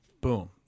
Boom